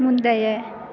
முந்தைய